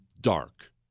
dark